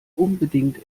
unbedingt